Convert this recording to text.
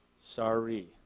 Sorry